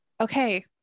okay